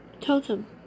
totem